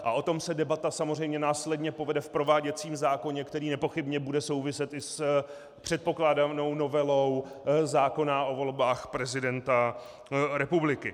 O tom se debata samozřejmě následně povede v prováděcím zákoně, který nepochybně bude souviset i s předpokládanou novelou zákona o volbách prezidenta republiky.